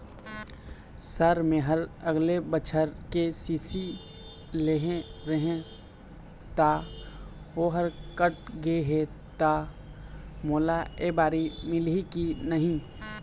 Sir मेहर अगले बछर के.सी.सी लेहे रहें ता ओहर कट गे हे ता मोला एबारी मिलही की नहीं?